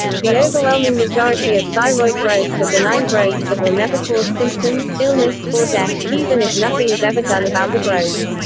the overwhelming majority of thyroid growths are benign growths that will never cause symptoms, illness, or death, even if nothing is ever done about the growth.